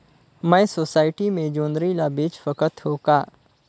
मैं सोसायटी मे जोंदरी ला बेच सकत हो का?